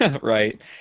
Right